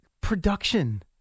production